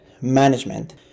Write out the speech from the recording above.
management